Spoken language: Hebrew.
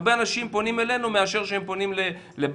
הרבה אנשים פונים אלינו יותר מאשר הם פונים לבנקים,